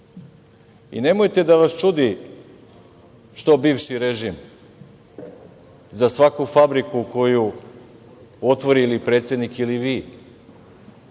Vučić. Nemojte da vas čudi što bivši režim za svaku fabriku koju otvori predsednik ili vi